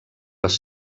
les